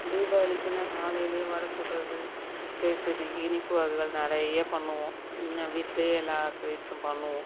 தீபாவளிக்குனா காலையிலே வடை சுடுறது கேசரி இனிப்பு வகைகள் நிறைய பண்ணுவோம் வீட்டில் எல்லா ஸ்வீட்ஸும் பண்ணுவோம்